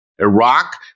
Iraq